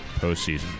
postseason